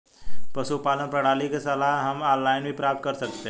पशुपालन प्रणाली की सलाह हम ऑनलाइन भी प्राप्त कर सकते हैं